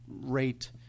Rate